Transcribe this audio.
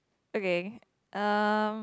okay um